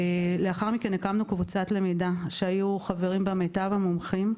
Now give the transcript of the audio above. לאחר מכן הקמנו קבוצת למידה בה היו חברים מיטב המומחים,